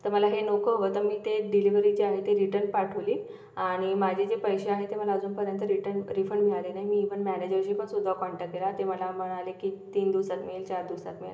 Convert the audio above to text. तर मला हे नको होतं मी ते डिलेवरी जे आहे ते रिटन पाठवली आणि माझे जे पैसे आहे ते मला अजूनपर्यंत रिटन रिफंड मिळाले नाही मी पण मॅनेजरशीपण सुद्धा कॉन्टॅक्ट केला ते मला म्हणाले की तीन दिवसात मिळेल चार दिवसात मिळेल